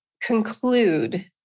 conclude